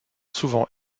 souvent